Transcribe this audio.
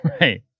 Right